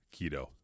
keto